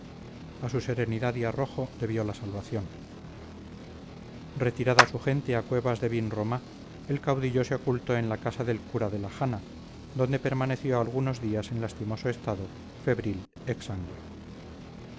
a su serenidad y arrojo debió la salvación retirada su gente a cuevas de vinromá el caudillo se ocultó en la casa del cura de la jana donde permaneció algunos días en lastimoso estado febril exangüe la